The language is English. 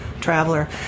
traveler